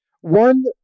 One